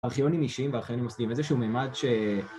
ארכיונים אישיים וארכיונים עוסקים באיזשהו מימד ש...